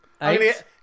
Eight